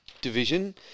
Division